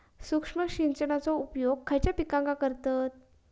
सूक्ष्म सिंचनाचो उपयोग खयच्या पिकांका करतत?